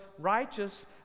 righteous